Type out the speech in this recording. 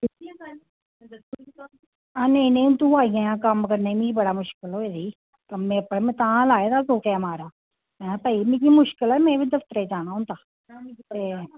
आं नेईं नेईं तूं आई जायां कम्म मिगी बड़ा मुश् होये दा ई ते तां गै लाये दा की भई मुशकल ऐ में बी दफ्तरै ई जाना होंदा्